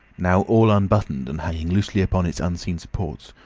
now all unbuttoned and hanging loosely upon its unseen supports,